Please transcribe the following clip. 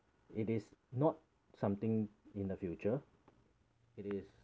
it is not something in the future it is